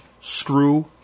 screw